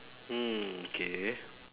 mm okay